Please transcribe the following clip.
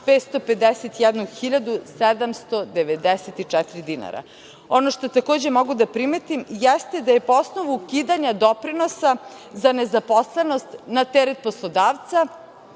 1.328.551.794 dinara. Ono što takođe mogu da primetim jeste da je po osnovu ukidanja doprinosa za nezaposlenost na teret poslodavca